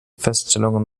feststellungen